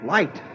Light